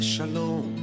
Shalom